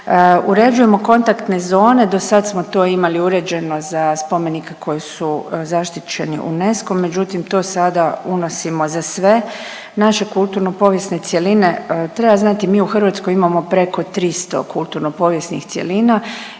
Uređujemo kontaktne zone, dosad smo to imali uređeno za spomenike koji su zaštićeni UNESCO-om, međutim to sada unosimo za sve naše kulturno povijesne cjeline. Treba znati mi u Hrvatskoj imamo preko 300 kulturno povijesnih cjelina